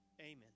amen